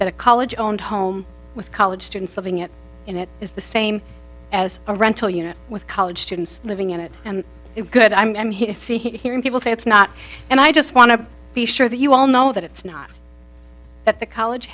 that a college owned home with college students living it in it is the same as a rental unit with college students living in it and it's good i'm here to see hearing people say it's not and i just want to be sure that you all know that it's not that the college